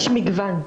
יש מגוון.